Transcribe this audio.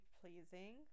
pleasing